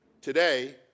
Today